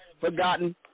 forgotten